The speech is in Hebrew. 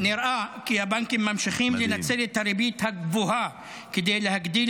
נראה כי הבנקים ממשיכים לנצל את הריבית הגבוהה כדי להגדיל